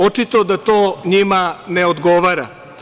Očito da to njima ne odgovara.